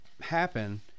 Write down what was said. happen